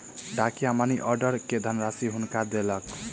डाकिया money order के धनराशि हुनका देलक